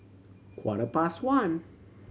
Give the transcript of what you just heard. quarter past one